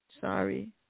Sorry